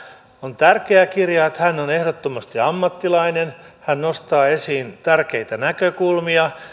on tärkeä kirja siinä mielessä että hän on ehdottomasti ammattilainen hän nostaa esiin tärkeitä näkökulmia